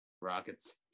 Rocket's